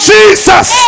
Jesus